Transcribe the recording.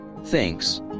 thanks